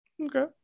Okay